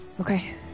Okay